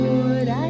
Lord